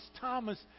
Thomas